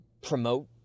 promote